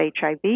HIV